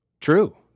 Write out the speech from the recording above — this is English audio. True